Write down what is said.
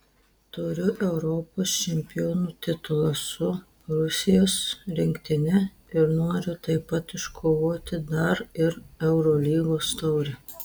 turiu europos čempionų titulą su rusijos rinktine ir noriu taip pat iškovoti dar ir eurolygos taurę